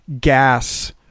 gas